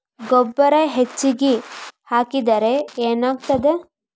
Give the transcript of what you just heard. ಗೊಬ್ಬರ ಹೆಚ್ಚಿಗೆ ಹಾಕಿದರೆ ಏನಾಗ್ತದ?